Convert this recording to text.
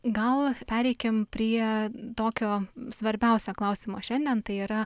gal pereikim prie tokio svarbiausio klausimo šiandien tai yra